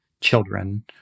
children